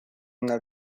una